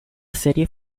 serie